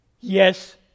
Yes